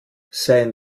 seien